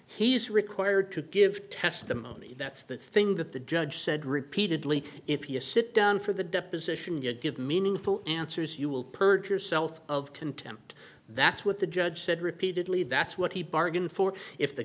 he's required to give testimony that's the thing that the judge said repeatedly if you sit down for the deposition to give meaningful answers you will perjure yourself of contempt that's what the judge said repeatedly that's what he bargained for if the